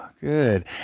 Good